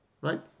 Right